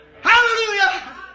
Hallelujah